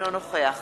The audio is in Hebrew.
אינו נוכח